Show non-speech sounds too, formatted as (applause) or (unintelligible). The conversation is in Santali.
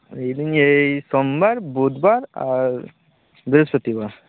(unintelligible) ᱮᱤ ᱥᱚᱢᱵᱟᱨ ᱵᱩᱫᱽᱵᱟᱨ ᱟᱨ ᱵᱨᱤᱦᱚᱥᱯᱚᱛᱤ ᱵᱟᱨ